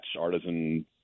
artisan